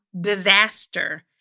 disaster